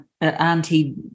Auntie